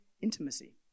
intimacy